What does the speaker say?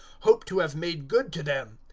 hope to have made good to them.